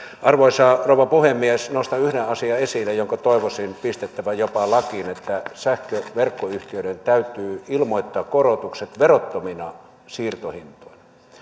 arvoisa rouva puhemies nostan esille yhden asian jonka toivoisin pistettävän jopa lakiin eli että sähköverkkoyhtiöiden täytyy ilmoittaa korotukset verottomina siirtohintoina